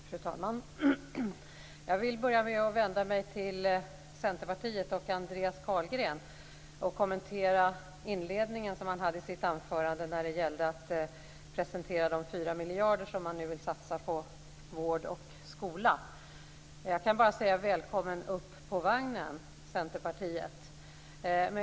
Fru talman! Jag vill börja med att vända mig till Centerpartiet och Andreas Carlgren och kommentera den inledning som han hade i sitt anförande när det gällde att presentera de 4 miljarder som man nu vill satsa på vård och skola. Jag kan bara säga: Välkommen upp på vagnen, Centerpartiet!